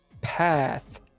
path